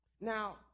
Now